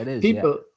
people